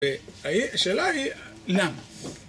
השאלה היא, למה?